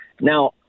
Now